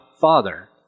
Father